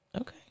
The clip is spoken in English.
okay